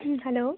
hello